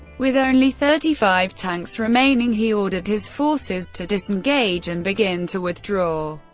with only thirty five tanks remaining, he ordered his forces to disengage and begin to withdraw.